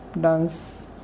dance